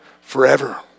forever